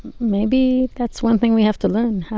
maybe that's one thing we have to learn